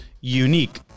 unique